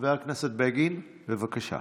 חבר הכנסת בגין, בבקשה.